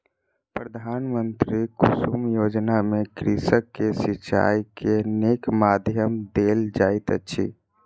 प्रधानमंत्री कुसुम योजना में कृषक के सिचाई के नीक माध्यम देल जाइत अछि